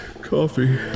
coffee